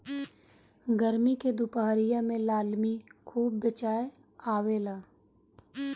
गरमी के दुपहरिया में लालमि खूब बेचाय आवेला